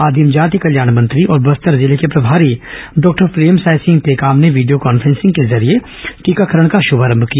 आदिम जाति कल्याण मंत्री और बस्तर जिले के प्रभारी डॉक्टर प्रेमसाय सिंह टेकाम ने वीडियो कान्छेंसिंग के जरिए टीकाकरण का शुभारंभ किया